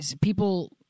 people